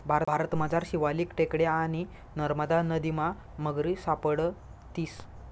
भारतमझार शिवालिक टेकड्या आणि नरमदा नदीमा मगरी सापडतीस